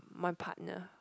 my partner